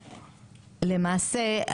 למעשה,